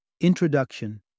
Introduction